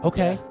Okay